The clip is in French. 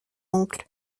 oncle